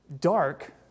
dark